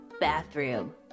bathroom